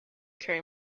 carry